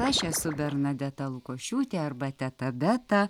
aš esu bernadeta lukošiūtė arba teta beta